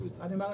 אני אומר,